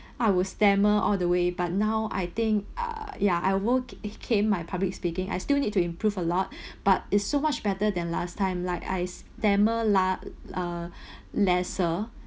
I will stammer all the way but now I think uh ya I work it came my public speaking I still need to improve a lot but it's so much better than last time like I stammer lah uh lesser